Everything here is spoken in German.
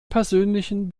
persönlichen